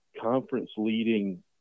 conference-leading